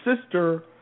sister